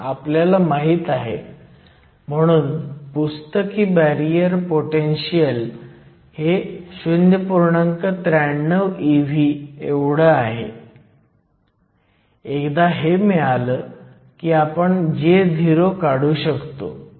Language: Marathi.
त्यामुळे पुन्हा एकदा जरी तुम्ही कॅरियर्सची थर्मल जनरेशन विचारात घेतली तरीही आपल्याकडे pn जंक्शनमध्ये एक दुरुस्त करणारी क्रिया आवश्यक आहे